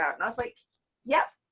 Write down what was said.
and i was like yeah.